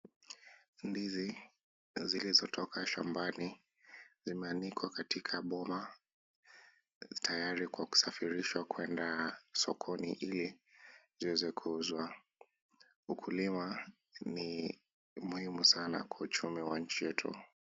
Ndizi zilizo toka shambani zimeanikwa katika boma tayari kwa kusafirishwa kwenda sokoni ili ziweze kuuzwa. Ukulima ni muhimu sana kwa uchumi wa nchi yetu.